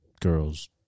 girls